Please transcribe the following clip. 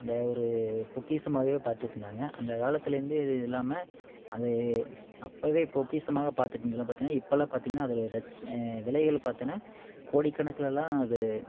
இந்த ஒரு பொக்கிஷமாகவே பார்த்துட்ருந்தாங்க அந்த காலத்திலேருந்தே இது இல்லாமல் அது அப்பவே பொக்கிஷமாக பார்த்துட்ருந்ததுலாம் பார்த்திங்கன்னா இப்பெல்லாம் பார்த்திங்கன்னா அதோடய ரத் விலைகள் பார்த்தின்னா கோடிக்கணக்கிலலாம் அது